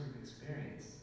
experience